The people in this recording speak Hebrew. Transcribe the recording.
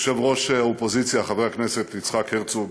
יושב-ראש האופוזיציה חבר הכנסת יצחק הרצוג,